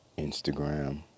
Instagram